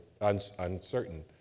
uncertain